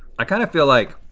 i kinda feel like